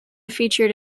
featured